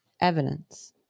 evidence